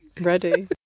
Ready